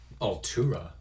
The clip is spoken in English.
Altura